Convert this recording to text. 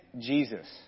Jesus